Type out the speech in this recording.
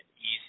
easy